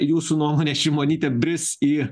jūsų nuomone šimonytė bris į